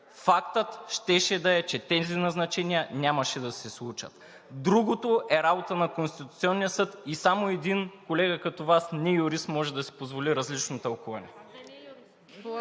Фактът щеше да е, че тези назначения нямаше да се случат. Другото е работа на Конституционния съд и само един колега като Вас – не-юрист, може да си позволи различно тълкование.